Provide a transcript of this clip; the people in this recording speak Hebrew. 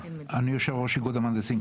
אני יושב-ראש איגוד המהנדסים.